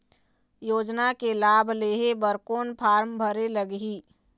योजना के लाभ लेहे बर कोन फार्म भरे लगही?